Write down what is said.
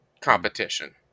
competition